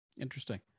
Interesting